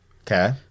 Okay